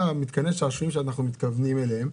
מתקני השעשועים שאנחנו מתכוונים אליהם,